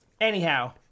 Anyhow